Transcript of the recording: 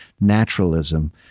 naturalism